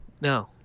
No